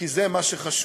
כי זה מה שחשוב?